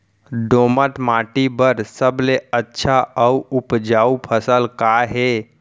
दोमट माटी बर सबले अच्छा अऊ उपजाऊ फसल का हे?